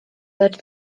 lecz